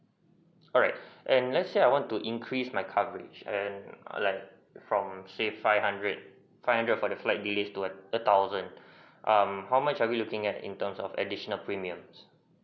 alright and let's say I want to increase my coverage and like from say five hundred five hundred for the flight delays toward a thousand um how much are we looking at in terms of additional premiums